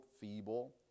feeble